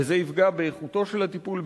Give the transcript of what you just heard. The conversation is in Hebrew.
וזה יפגע באיכותו של הטיפול,